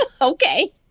Okay